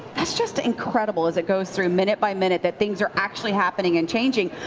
that's just incredible as it goes through minute by minute that things are actually happening and changing.